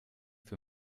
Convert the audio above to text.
für